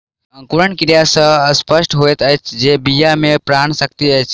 अंकुरण क्रिया सॅ स्पष्ट होइत अछि जे बीया मे प्राण शक्ति अछि